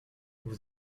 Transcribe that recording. vous